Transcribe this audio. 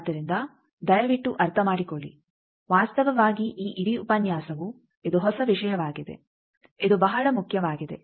ಆದ್ದರಿಂದ ದಯವಿಟ್ಟು ಅರ್ಥಮಾಡಿಕೊಳ್ಳಿ ವಾಸ್ತವವಾಗಿ ಈ ಇಡೀ ಉಪನ್ಯಾಸವು ಇದು ಹೊಸ ವಿಷಯವಾಗಿದೆ ಇದು ಬಹಳ ಮುಖ್ಯವಾಗಿದೆ